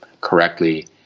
correctly